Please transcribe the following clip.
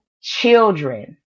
children